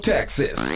Texas